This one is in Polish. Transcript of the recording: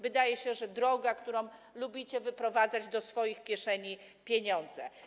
Wydaje się, że to droga, którą lubicie wyprowadzać do swoich kieszeni pieniądze.